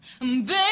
Baby